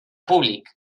públic